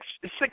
six